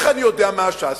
איך אני יודע מה השאסי?